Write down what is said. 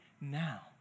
now